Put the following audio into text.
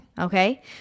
Okay